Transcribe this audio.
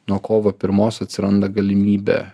nuo kovo pirmos atsiranda galimybė